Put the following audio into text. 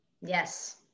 Yes